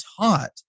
taught